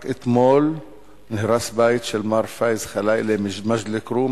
רק אתמול נהרס בית של מר פאיז חלאילה ממג'ד-אל-כרום,